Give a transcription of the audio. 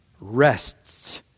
rests